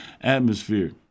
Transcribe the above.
atmosphere